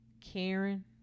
Karen